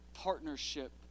partnership